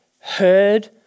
heard